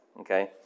Okay